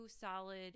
solid